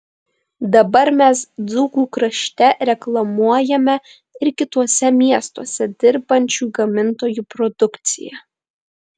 dabar mes dzūkų krašte reklamuojame ir kituose miestuose dirbančių gamintojų produkciją